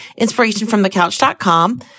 inspirationfromthecouch.com